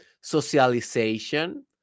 socialization